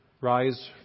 rise